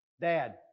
Dad